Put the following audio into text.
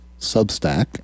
Substack